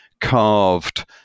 carved